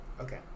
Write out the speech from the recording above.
Okay